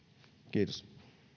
kiitos